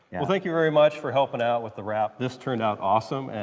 well thank you very much for helping out with the wrap. this turned out awesome!